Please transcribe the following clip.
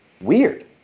weird